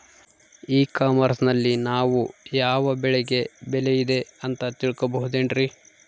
E commerce ನಲ್ಲಿ ನಾವು ಯಾವ ಬೆಳೆಗೆ ಬೆಲೆ ಇದೆ ಅಂತ ತಿಳ್ಕೋ ಬಹುದೇನ್ರಿ?